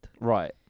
Right